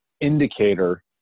indicator